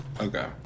Okay